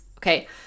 Okay